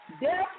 death